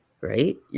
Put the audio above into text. right